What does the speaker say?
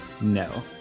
no